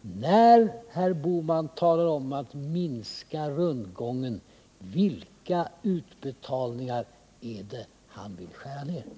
När herr Bohman talar om att minska rundgången, vilka utbetalningar är det då han vill skära ned?